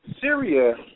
Syria